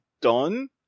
done